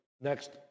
next